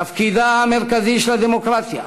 תפקידה המרכזי של הדמוקרטיה,